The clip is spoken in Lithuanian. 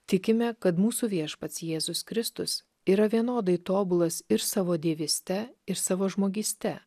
tikime kad mūsų viešpats jėzus kristus yra vienodai tobulas ir savo dievyste ir savo žmogyste